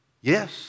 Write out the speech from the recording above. Yes